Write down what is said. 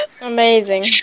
Amazing